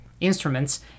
instruments